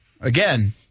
again